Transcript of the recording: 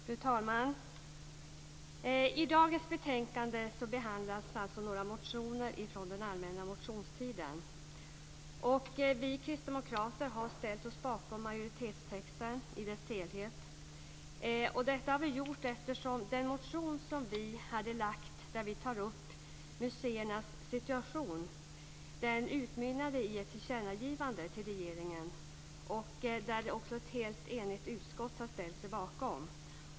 Fru talman! I dagens betänkande behandlas några motioner från den allmänna motionstiden. Vi kristdemokrater har ställt oss bakom majoritetstexten i dess helhet, eftersom den motion som vi hade väckt och där vi tar upp museernas situation utmynnade i ett tillkännagivande till regeringen som ett helt enigt utskott har ställt sig bakom.